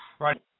Right